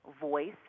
Voice